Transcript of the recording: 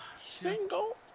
Single